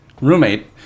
roommate